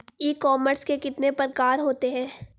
ई commerce के कितने प्रकार होते हैं?